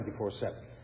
24-7